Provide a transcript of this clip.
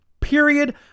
period